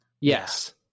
Yes